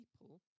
people